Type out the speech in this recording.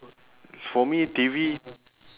for me T_V